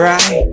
Right